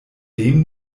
dem